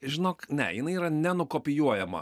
žinok ne jinai yra nenukopijuojama